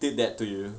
did that to you